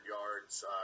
yards